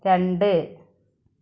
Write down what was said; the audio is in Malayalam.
രണ്ട്